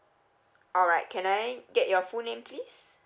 alright can I get your full name please